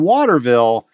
Waterville